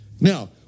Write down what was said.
Now